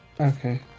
Okay